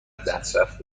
دسترس